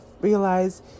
realize